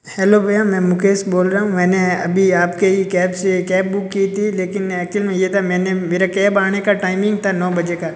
hello भय्या मैं मुकेश बोल रहा हूँ मैंने अभी आप के ही कैब से कैब बुक की थी लेकिन एक्चुअल में ये था मैंने मेरा कैब आने का टाइमिंग था नौ बजे का